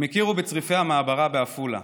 הם הכירו בצריפי המעברה בעפולה,